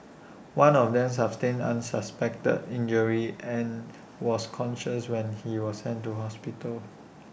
one of them sustained unspecified injuries and was conscious when he was sent to hospital